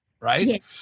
Right